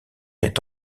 est